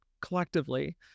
collectively